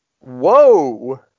Whoa